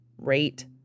rate